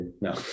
No